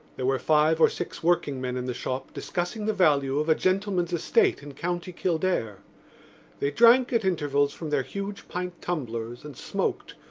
there were five or six workingmen in the shop discussing the value of a gentleman's estate in county kildare they drank at intervals from their huge pint tumblers and smoked,